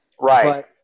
Right